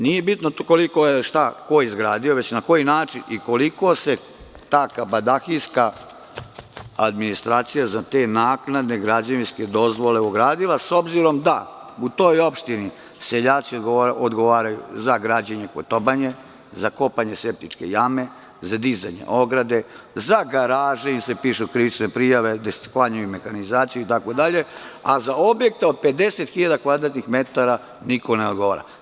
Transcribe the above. Nije bitno koliko je šta i ko izgradio, već na koji način i koliko se ta kabadahijska administracija za te naknadne građevinske dozvole ugradila, s obzirom da u toj opštini seljaci odgovaraju za građenje kotobanje, za kopanje septičke jame, za dizanje ograde, za garaže, gde sklanjaju mehanizaciju, pišu im se pišu krivične prijave, itd, a za objekte od 50.000 kvadratnih metara niko ne odgovara.